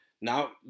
Now